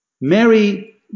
Mary